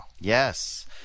Yes